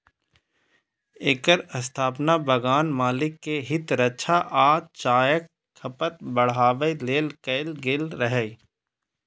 एकर स्थापना बगान मालिक के हित रक्षा आ चायक खपत बढ़ाबै लेल कैल गेल रहै